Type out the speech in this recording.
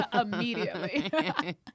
Immediately